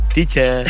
Teacher